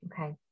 Okay